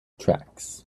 tracks